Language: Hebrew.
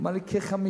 הוא אמר לי: כ-50,